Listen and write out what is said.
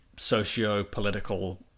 Socio-political